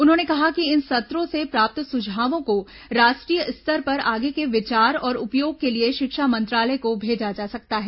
उन्होंने कहा कि इन सत्रों से प्राप्त सुझावों को राष्ट्रीय स्तर पर आगे के विचार और उपयोग के लिए शिक्षा मंत्रालय को भेजा जा सकता है